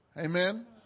Amen